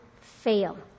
fail